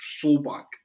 fullback